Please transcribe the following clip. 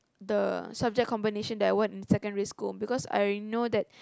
the subject combination I want in secondary school because I know that